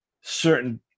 certain